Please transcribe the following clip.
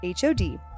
HOD